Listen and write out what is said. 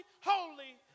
holy